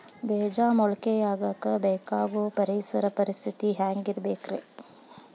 ಬೇಜ ಮೊಳಕೆಯಾಗಕ ಬೇಕಾಗೋ ಪರಿಸರ ಪರಿಸ್ಥಿತಿ ಹ್ಯಾಂಗಿರಬೇಕರೇ?